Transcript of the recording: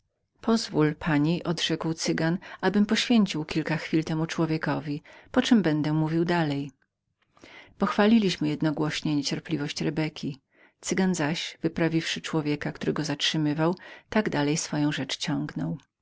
pozwól pani odrzekł cygan abym poświęcił kilka chwil temu człowiekowi poczem będę mówił dalej pochwaliliśmy jednogłośnie niecierpliwość rebeki cygan zaś wyprawiwszy człowieka który go zatrzymywał tak dalej swoją rzecz